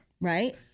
Right